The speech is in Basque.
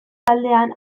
taldean